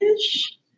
ish